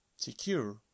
Secure